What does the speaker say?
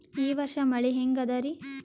ಈ ವರ್ಷ ಮಳಿ ಹೆಂಗ ಅದಾರಿ?